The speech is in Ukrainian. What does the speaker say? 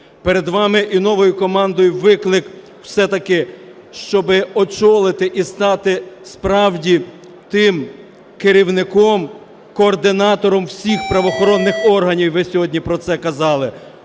Перед вами і новою командою виклик все-таки, щоб очолити і стати справді тим керівником, координатором всіх правоохоронних органів, ви сьогодні про це казали,